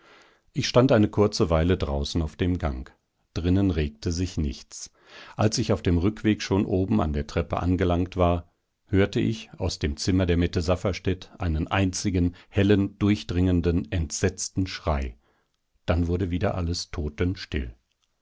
ich stand eine kurze weile draußen auf dem gang drinnen regte sich nichts als ich auf dem rückweg schon oben an der treppe angelangt war hörte ich aus dem zimmer der mette safferstätt einen einzigen hellen durchdringenden entsetzten schrei dann wurde wieder alles totenstill